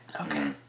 Okay